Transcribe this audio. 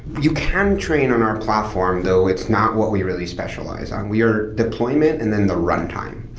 you can train on our platform, though it's not what we really specialize on. we are deployment and then the runtime.